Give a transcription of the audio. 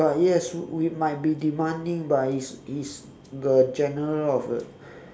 but yes we might be demanding but is is the general of the